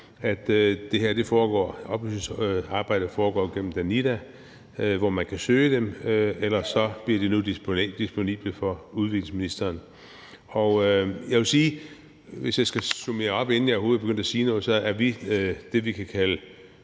at det her oplysningsarbejde enten foregår gennem Danida, hvor man kan søge midlerne, eller også at de nu bliver disponible for udviklingsministeren. Og jeg vil sige – hvis jeg skal summere op, inden jeg overhovedet er begyndt at sige noget – at vi er det, vi kan kalde